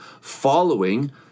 following